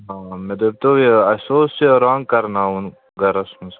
مےٚ دٔپۍتو یہِ اَسہِ اوس یہِ رنٛگ کَرناوُن گَرَس منٛز